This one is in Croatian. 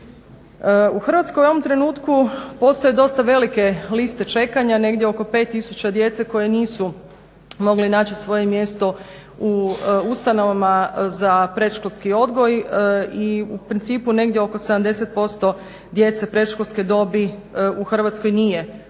U Hrvatskoj u ovom trenutku postoje dosta velike liste čekanja, negdje oko 5000 djece koja nisu mogla naći svoje mjesto u ustanovama za predškolski odgoj i u principu negdje oko 70% djece predškolske dobi u Hrvatskoj nije